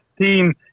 team